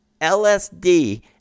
LSD